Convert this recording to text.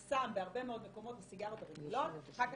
בהרבה מאוד מקומות הסיגריות הולכות ונחסמות ואחר-כך